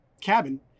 cabin